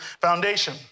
foundation